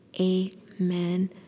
Amen